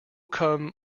come